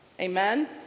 Amen